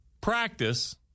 practice